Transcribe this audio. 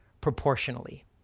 proportionally